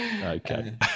Okay